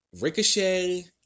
Ricochet